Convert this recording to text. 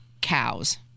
cows